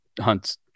hunts